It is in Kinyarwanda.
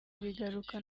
bigaruka